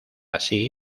así